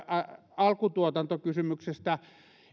alkutuotantokysymyksestä